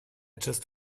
just